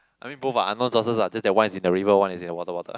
I mean both ah no chances ah just the one is in the river one is in the water water